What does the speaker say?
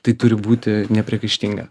tai turi būti nepriekaištinga